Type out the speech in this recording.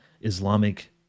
islamic